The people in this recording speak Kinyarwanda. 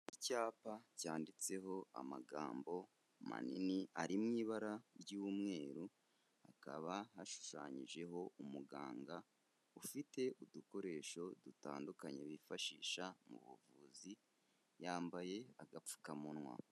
Icyapa cyanditseho amagambo manini ari mu ibara ry'umweru, akaba ashushanyijeho umuganga ufite udukoresho dutandukanye bifashisha mu buvuzi, yambaye agapfukamunwa.